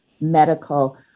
Medical